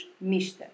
mista